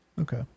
Okay